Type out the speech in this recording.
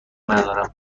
ندارم